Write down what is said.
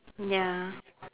ya